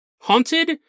Haunted